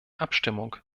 abstimmung